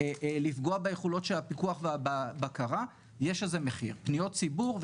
רפורמות שהבאנו ונביא לטובת הציבור,